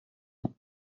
ans